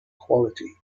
quality